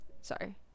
sorry